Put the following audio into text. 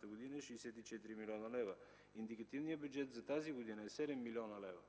г. е 64 млн. лв. Индикативният бюджет за тази година е 7 млн. лв.